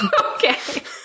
Okay